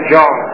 John